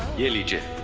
village i